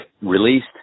released